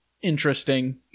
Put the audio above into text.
interesting